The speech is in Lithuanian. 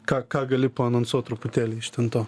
ką ką gali anonsuot truputėlį iš ten to